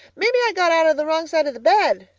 maybe i got out of the wrong side of the bed,